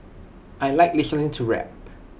I Like listening to rap